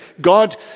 God